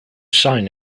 sign